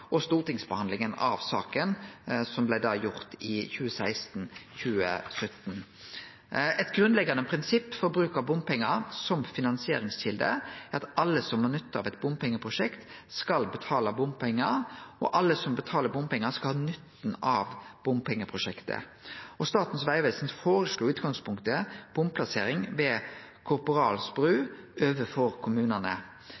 og stortingsbehandlinga av saka, som blei gjord i 2016–2017. Eit grunnleggjande prinsipp for bruk av bompengar som finansieringskjelde er at alle som har nytte av eit bompengeprosjekt, skal betale bompengar, og alle som betaler bompengar, skal ha nytte av bompengeprosjektet. Statens vegvesen føreslo i utgangspunktet bomplassering ved